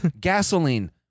Gasoline